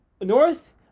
North